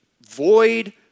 void